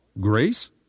Grace